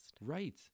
Right